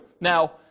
Now